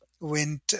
went